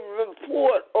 report